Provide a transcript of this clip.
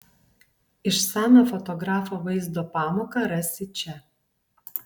išsamią fotografo vaizdo pamoką rasi čia